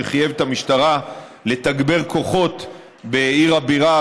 שחייב את המשטרה לתגבר כוחות בעיר הבירה,